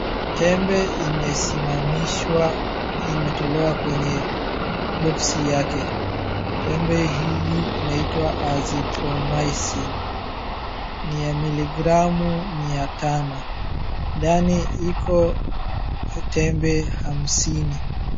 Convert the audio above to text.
Tembe imesimamishwa, imetolewa kwenye boksi yake. Tembe hili inaitwa azithromycin, ni ya miligramu mia tano. Ndani iko tembe hamsini.